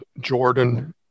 Jordan